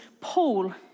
Paul